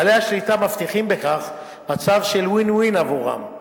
בעלי השליטה מבטיחים בכך מצב של win-win עבורם,